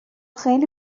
خیلی